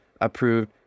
approved